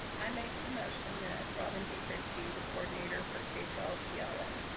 i make the motion that robin dietrich's be the coordinator for k twelve ela.